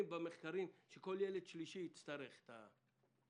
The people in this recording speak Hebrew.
במחקרים על כך שכל ילד שלישי יצטרך מענה?